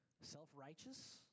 self-righteous